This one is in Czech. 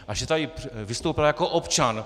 A že tady vystoupila jako občan.